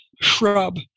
shrub